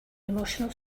emotional